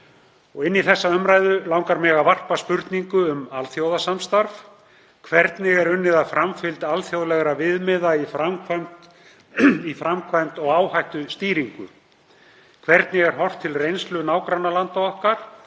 Inn í þessa umræðu langar mig að varpa spurningu um alþjóðasamstarf: Hvernig er unnið að framfylgd alþjóðlegra viðmiða í framkvæmd og áhættustýringu? Hvernig er horft til reynslu nágrannalanda okkar